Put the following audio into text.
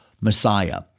Messiah